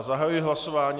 Zahajuji hlasování.